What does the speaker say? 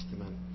Amen